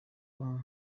bari